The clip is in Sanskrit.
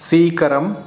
सीकरम्